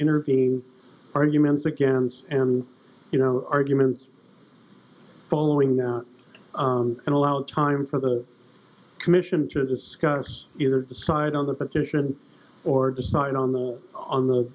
intervene arguments against and you know arguments following that out and allow time for the commission to discuss it or decide on the petition or decide on those on th